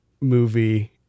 movie